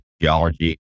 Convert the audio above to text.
geology